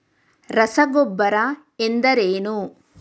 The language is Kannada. ರಸಗೊಬ್ಬರ ಎಂದರೇನು?